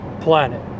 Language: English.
planet